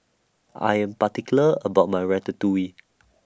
I Am particular about My Ratatouille